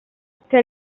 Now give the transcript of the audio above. que